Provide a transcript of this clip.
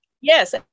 Yes